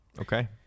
Okay